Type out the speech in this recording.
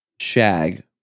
Shag